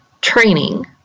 training